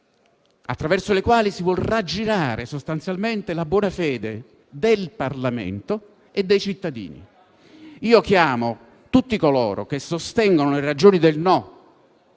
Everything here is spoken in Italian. attraverso le quali si vuol raggirare sostanzialmente la buona fede del Parlamento e dei cittadini. Invito tutti coloro che sostengono le ragioni del no